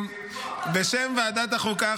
בשם ועדת החוקה,